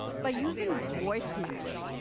by using voice match,